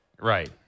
Right